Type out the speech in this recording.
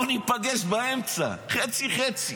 בוא ניפגש באמצע, חצי-חצי.